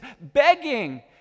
begging